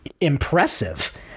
impressive